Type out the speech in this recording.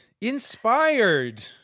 Inspired